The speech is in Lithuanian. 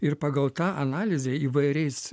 ir pagal tą analizę įvairiais